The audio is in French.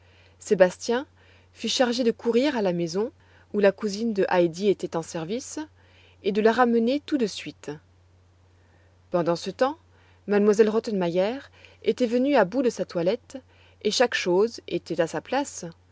sébastien fut chargé de courir à la maison où la cousine de heidi était en service et de la ramener tout de suite pendant ce temps m elle rottenmeier était venue à bout de sa toilette et chaque chose était à sa place